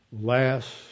Last